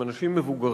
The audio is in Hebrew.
הם אנשים מבוגרים,